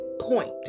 point